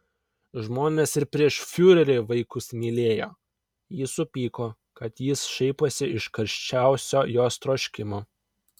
žmonės ir prieš fiurerį vaikus mylėjo ji supyko kad jis šaiposi iš karščiausio jos troškimo